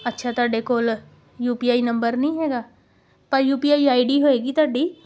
ਅੱਛਾ ਤੁਹਾਡੇ ਕੋਲ ਯੂ ਪੀ ਆਈ ਨੰਬਰ ਨਹੀਂ ਹੈਗਾ ਪਰ ਯੂ ਪੀ ਆਈ ਆਈਡੀ ਹੋਏਗੀ ਤੁਹਾਡੀ